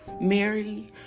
Mary